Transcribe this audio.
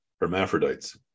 Hermaphrodites